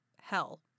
hell